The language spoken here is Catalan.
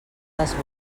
les